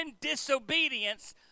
disobedience